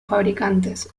fabricantes